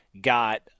got